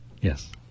Yes